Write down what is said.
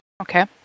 Okay